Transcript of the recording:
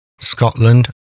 Scotland